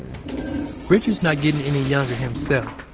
richard's not getting any younger himself,